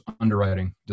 underwriting